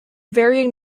varying